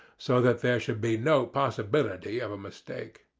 so that there should be no possibility of a mistake.